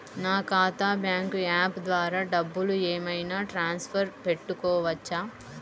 నా ఖాతా bank app ద్వారా డబ్బులు ఏమైనా ట్రాన్స్ఫర్ పెట్టుకోవచ్చా?